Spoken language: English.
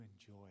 enjoy